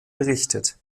berichtet